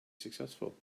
successful